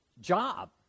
job